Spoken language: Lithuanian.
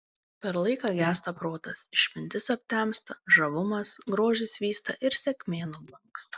per laiką gęsta protas išmintis aptemsta žavumas grožis vysta ir sėkmė nublanksta